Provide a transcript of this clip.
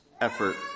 effort